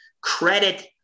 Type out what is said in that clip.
Credit